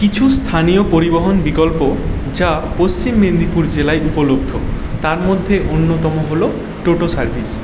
কিছু স্থানীয় পরিবহণ বিকল্প যা পশ্চিম মেদিনীপুর জেলায় উপলব্ধ তার মধ্যে অন্যতম হলো টোটো সার্ভিস